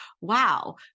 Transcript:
wow